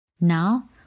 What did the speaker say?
Now